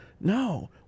No